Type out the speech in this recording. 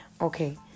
Okay